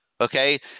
Okay